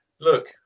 Look